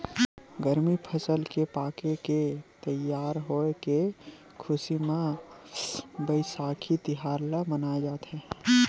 गरमी फसल के पाके के तइयार होए के खुसी म बइसाखी तिहार ल मनाए जाथे